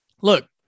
Look